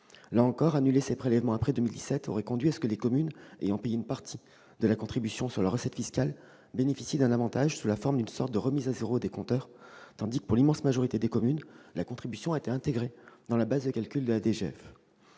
Là encore, annuler ces prélèvements après 2017 aurait conduit les communes ayant payé une partie de la contribution sur leurs recettes fiscales à bénéficier d'un avantage sous la forme d'une sorte de « remise à zéro » des compteurs, alors que la contribution a été intégrée dans la base de calcul de la DGF